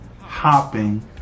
hopping